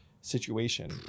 situation